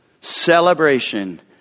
celebration